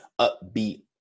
upbeat